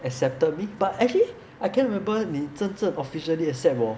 accepted me but actually I can't remember 你真正 officially accept 我